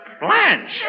Blanche